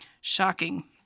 Shocking